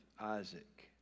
Isaac